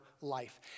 life